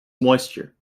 moisture